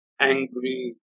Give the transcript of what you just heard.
angry